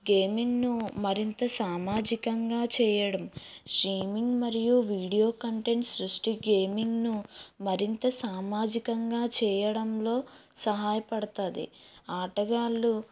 gaming ను మరింత సామాజికంగా చేయడం స్ట్రీమింగ్ మరియు వీడియో కంటెంట్ సృష్టి గేమింగ్ ను మరింత సామాజికంగా చేయడంలో సహాయపడుతుంది ఆటగాళ్ళు